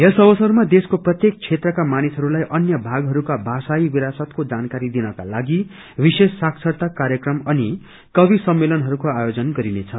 यस अवसरमा देशको प्रत्येक क्षेत्रका मानिसहरूलाई अन्य भागहरूका भाषाई विरासतको जानकारी दिनको लागि विशेष साक्षरता कार्यक्रम अनि कवि सम्मेलनहरूको आयोजन गरिनेछ